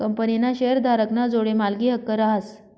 कंपनीना शेअरधारक ना जोडे मालकी हक्क रहास